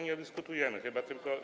Nie dyskutujemy chyba, tylko.